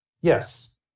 Yes